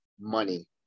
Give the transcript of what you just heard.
money